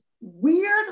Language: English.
weird